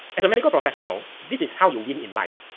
as a medical professional, this is how you win in life.